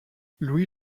louis